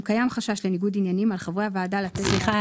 אם קיים חשש לניגוד עניינים על חברי הוועדה -- סליחה,